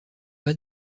pas